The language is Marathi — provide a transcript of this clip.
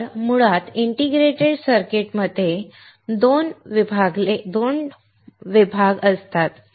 तर मुळात इंटिग्रेटेड सर्किट्स 2 मध्ये विभागले जाऊ शकतात